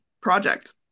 project